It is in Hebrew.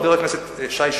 חבר הכנסת שי,